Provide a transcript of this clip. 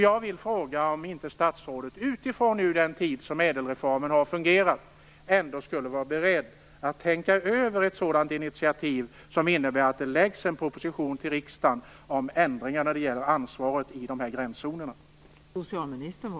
Jag vill fråga om inte statsrådet utifrån den tid som ÄDEL-reformen har fungerat ändå är beredd att tänka över ett sådant initiativ som innebär att det framläggs en sådan proposition till riksdagen om ändring av ansvarsgränserna.